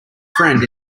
friend